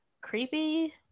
Creepy